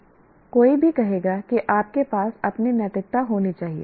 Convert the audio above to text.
कोई भी कहेगा कि आपके पास अपनी नैतिकता होनी चाहिए